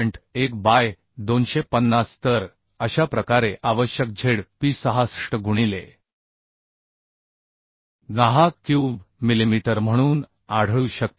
1 by 250 तर अशा प्रकारे आवश्यक Zp 66 गुणिले 10 क्यूब मिलिमीटर म्हणून आढळू शकते